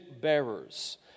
bearers